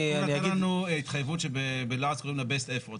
הוא נתן לנו התחייבות שבלעז קוראים לה best efforts.